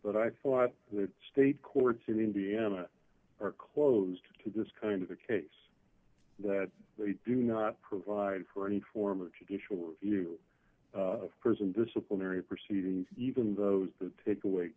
thought the state courts in indiana are closed to this kind of a case that they do not provide for any form of traditional review of prison disciplinary proceedings even those that take away a